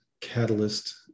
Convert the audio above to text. catalyst